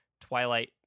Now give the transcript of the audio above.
Twilight